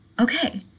okay